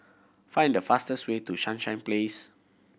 find the fastest way to Sunshine Place